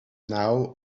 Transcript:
now